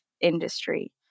industry